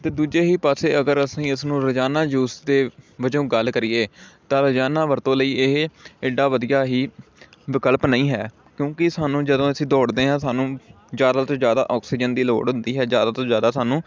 ਅਤੇ ਦੂਜੇ ਹੀ ਪਾਸੇ ਅਗਰ ਅਸੀਂ ਇਸ ਨੂੰ ਰੋਜ਼ਾਨਾ ਯੂਸ ਦੇ ਵਜੋਂ ਗੱਲ ਕਰੀਏ ਤਾਂ ਰੋਜ਼ਾਨਾ ਵਰਤੋਂ ਲਈ ਇਹ ਏਡਾ ਵਧੀਆ ਹੀ ਵਿਕਲਪ ਨਹੀਂ ਹੈ ਕਿਉਂਕਿ ਸਾਨੂੰ ਜਦੋਂ ਅਸੀਂ ਦੌੜਦੇ ਹਾਂ ਸਾਨੂੰ ਜ਼ਿਆਦਾ ਤੋਂ ਜ਼ਿਆਦਾ ਔਕਸੀਜਨ ਦੀ ਲੋੜ ਹੁੰਦੀ ਹੈ ਜ਼ਿਆਦਾ ਤੋਂ ਜ਼ਿਆਦਾ ਸਾਨੂੰ